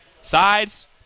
Sides